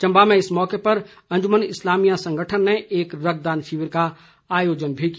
चंबा में इस मौके पर अंजुमन इस्लामियां संगठन ने एक रक्तदान शिविर का आयोजन किया